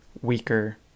weaker